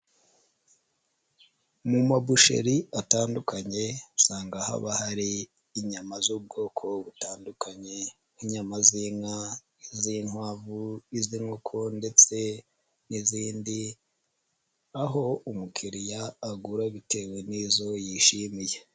Mu mabusheri atandukanye usanga haba hari inyama z'ubwoko butandukanye nk'inyama z'inka, iz'inkwavu, iz'inkoko ndetse n'izindi aho umukiriya agura bitewe n'izo yishimiye.